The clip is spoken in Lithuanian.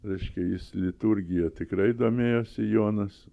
reiškia jis liturgija tikrai domėjosi jonas